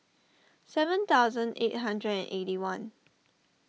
seven thousand eight hundred and eighty one